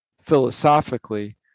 philosophically